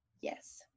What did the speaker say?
Yes